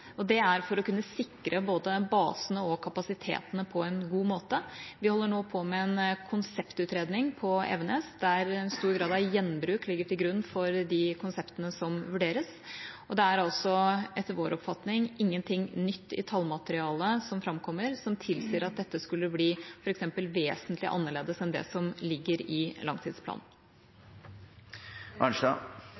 Det er for å kunne sikre både basene og kapasitetene på en god måte. Vi holder nå på med en konseptutredning på Evenes, der en stor grad av gjenbruk ligger til grunn for de konseptene som vurderes. Det er altså etter vår oppfatning ingenting nytt i tallmaterialet som framkommer, som tilsier at dette skulle bli f.eks. vesentlig annerledes enn det som ligger i langtidsplanen.